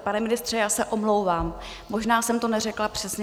Pane ministře, já se omlouvám, možná jsem to neřekla přesně.